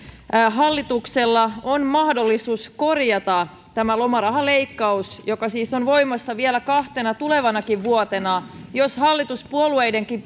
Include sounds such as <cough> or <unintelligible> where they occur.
hallituksella on mahdollisuus korjata tämä lomarahaleikkaus joka siis on voimassa vielä kahtena tulevanakin vuotena jos hallituspuolueidenkin <unintelligible>